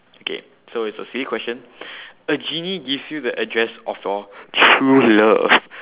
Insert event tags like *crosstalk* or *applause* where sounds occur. okay so it's a silly question *breath* a genie gives you the address of your true love